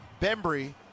Bembry